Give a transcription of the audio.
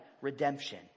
redemption